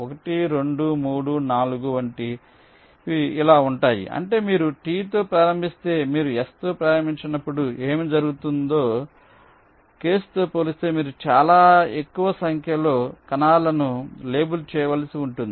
1 2 3 4 వంటివి ఇలా ఉంటాయి అంటే మీరు T తో ప్రారంభిస్తే మీరు S తో ప్రారంభించినప్పుడు ఏమి జరుగుతుందో కేసుతో పోలిస్తే మీరు చాలా ఎక్కువ సంఖ్యలో కణాలను లేబుల్ చేయవలసి ఉంటుంది